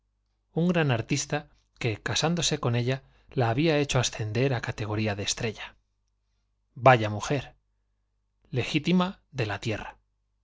un gran artista que casándose con ella la había hecho ascender á la categoda de estrella j vaya una mujer legítima de la tierra